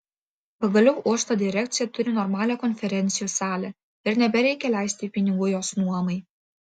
pagaliau uosto direkcija turi normalią konferencijų salę ir nebereikia leisti pinigų jos nuomai